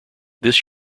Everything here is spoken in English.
this